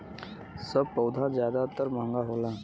सब पउधा जादातर महंगा होला